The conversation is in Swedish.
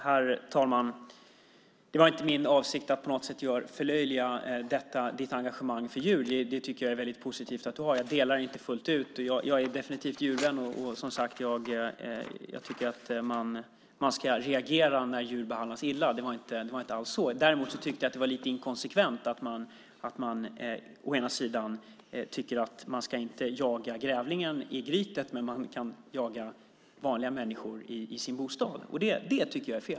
Herr talman! Det var inte min avsikt att på något sätt förlöjliga ditt engagemang för djur. Det tycker jag är väldigt positivt att du har. Jag delar det inte fullt ut, men jag är definitivt djurvän och tycker att man ska reagera när djur behandlas illa. Det var inte alls så. Däremot tyckte jag att det var lite inkonsekvent att å ena sidan tycka att man inte ska jaga grävlingen i grytet, å andra sidan att man kan jaga vanliga människor i deras bostad. Det tycker jag är fel.